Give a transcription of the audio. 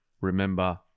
remember